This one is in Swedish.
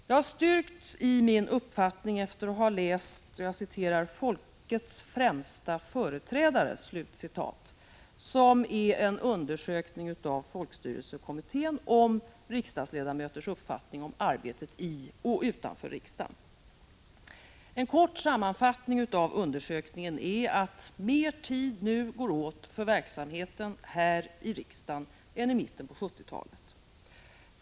Jag har styrkts i min uppfattning efter att ha läst ”Folkets främsta företrädare”, som är en undersökning av folkstyrelsekommittén om riksdagsledamöters uppfattning om arbetet i och utanför riksdagen. En kort sammanfattning av undersökningen är att mer tid nu går åt för verksamheten här i riksdagen än i mitten på 1970-talet.